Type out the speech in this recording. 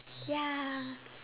ya